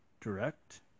direct